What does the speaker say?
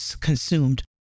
consumed